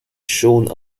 shown